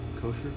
kosher